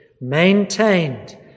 maintained